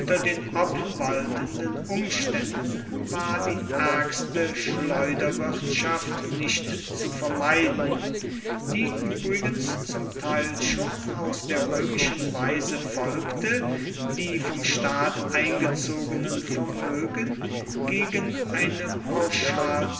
den obwaltenden umständen war die ärgste schleuderwirtschaft nicht zu vermeiden die übrigens zum teil schon aus der römischen weise folgte die vom staat eingezogenen vermögen gegen eine